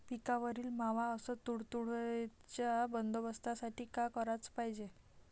पिकावरील मावा अस तुडतुड्याइच्या बंदोबस्तासाठी का कराच पायजे?